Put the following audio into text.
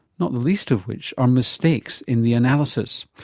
not the least of which are mistakes in the analysis.